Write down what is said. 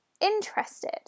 interested